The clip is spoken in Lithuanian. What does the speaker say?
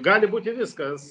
gali būti viskas